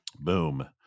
Boom